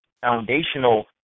foundational